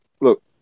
Look